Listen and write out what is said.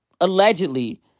allegedly